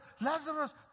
Lazarus